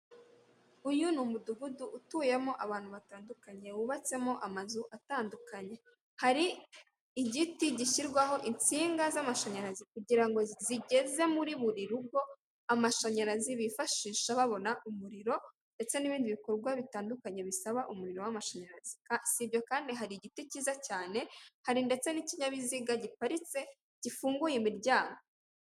Uyu ni umudugudu utuyemo abantu batandukanye, bubatsemo amazu atandukanye, hari igiti gishyirwaho insinga z'amashanyarazi kugira ngo zigeze muri buri rugo amashanyarazi bifashisha babona umuriro ndetse n'ibindi bikorwa bitandukanye bisaba umuriro w'amashanyarazi, si ibyo kandi hari igiti cyiza cyane hari ndetse n'ikinyabiziga giparitse gifunguye imiryango.